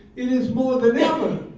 it is more than ever